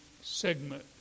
segment